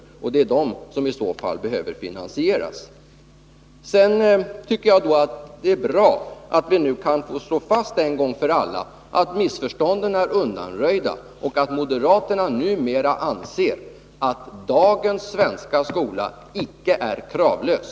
Det är detta belopp som i så fall behöver finansieras. Sedan tycker jag det är bra att vi en gång för alla kan slå fast att alla missförstånd är undanröjda och att moderaterna numera anser att dagens svenska skola icke är kravlös.